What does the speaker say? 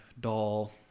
doll